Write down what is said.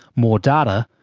more data,